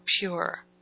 pure